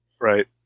Right